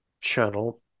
channel